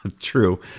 True